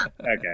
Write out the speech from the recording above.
Okay